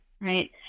Right